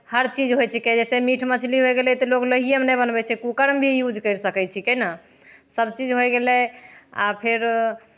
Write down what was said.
हर चीज होइ छिकै जैसे मीट मछली होइ गेलै तऽ लोग लोहिएमे नहि बनबै छै कुकरमे भी यूज करि सकै छिकै ने सभचीज होइ गेलै आ फेर